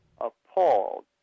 appalled